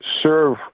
serve